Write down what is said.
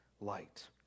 light